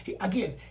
Again